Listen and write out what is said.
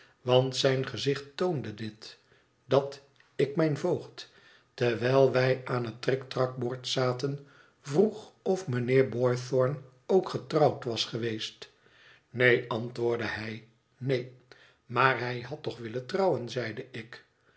want zijn gezicht toonde dit dat ik mijn voogd terwijl wij aan het triktrakbord zaten vroeg of mijnheer boythorn ook getrouwd was geweest neen antwoordde hij neen maar hij had toch willen trouwen zeide ik